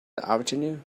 afternoon